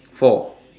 four